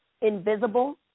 invisible